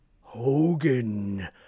hogan